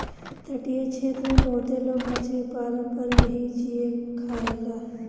तटीय क्षेत्र में बहुते लोग मछरी पालन पर ही जिए खायेला